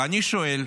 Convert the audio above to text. ואני שואל: